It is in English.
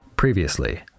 previously